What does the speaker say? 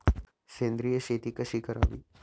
सेंद्रिय शेती कशी करावी?